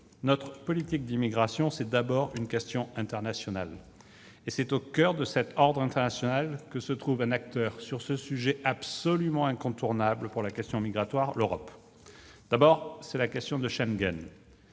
Notre politique d'immigration, c'est d'abord une question internationale. Et c'est au coeur de cet ordre international que se trouve un acteur absolument incontournable sur la question migratoire : l'Europe. D'abord, c'est la question de Schengen.